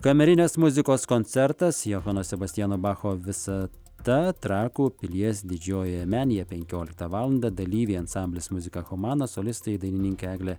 kamerinės muzikos koncertas johano sebastiano bacho visata trakų pilies didžiojoje menėje penkioliktą valandą dalyviai ansamblis muzika chomana solistai dainininkė eglė